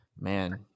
Man